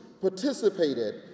participated